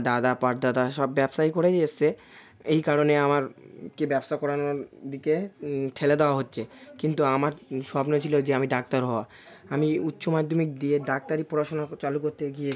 দাদা পরদাদা সব ব্যবসাই করেই এসেছে এই কারণে আমার কে ব্যবসা করানোর দিকে ঠেলে দেওয়া হচ্ছে কিন্তু আমার স্বপ্ন ছিল যে আমি ডাক্তার হওয়া আমি উচ্চ মাধ্যমিক দিয়ে ডাক্তারি পড়াশুনা চালু করতে গিয়ে